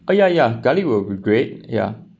uh ya ya garlic will be great ya